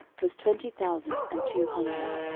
was twenty thousand and two hundred.